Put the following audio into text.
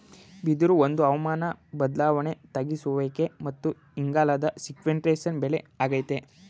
ಬಿದಿರು ಒಂದು ಹವಾಮಾನ ಬದ್ಲಾವಣೆ ತಗ್ಗಿಸುವಿಕೆ ಮತ್ತು ಇಂಗಾಲದ ಸೀಕ್ವೆಸ್ಟ್ರೇಶನ್ ಬೆಳೆ ಆಗೈತೆ